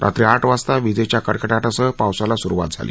रात्री आठ वाजता विजेच्या कडकडाटासह पावसाला सुरूवात झाली